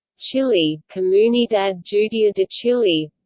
chile comunidad judia de chile